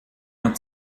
mehr